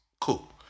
Cool